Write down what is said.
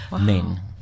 men